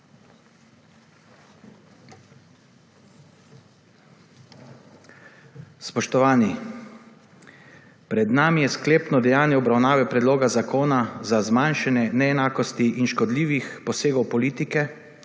Spoštovani! Pred nami je sklepno dejanje obravnave Predloga zakona za zmanjšanje neenakosti in škodljivih posegov politike